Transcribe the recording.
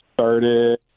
Started